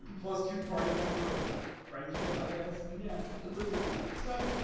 plus two party member of friendship, i guess yeah but so